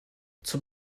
zum